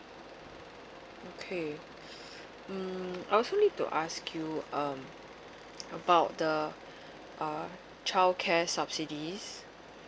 okay mm I also need to ask you um about the uh childcare subsidies